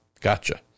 gotcha